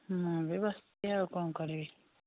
ମୁଁ ବି ବସିଛି ଆଉ କ'ଣ କରିବି